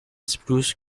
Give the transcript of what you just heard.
spruce